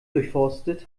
durchforstet